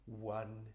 one